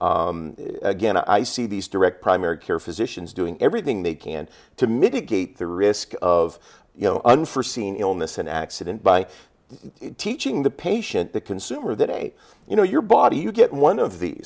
possible again i see these direct primary care physicians doing everything they can to mitigate the risk of you know unforseen illness an accident by teaching the patient the consumer that hey you know your body you get one of the